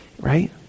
right